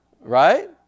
Right